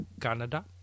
Canada